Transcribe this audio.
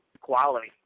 quality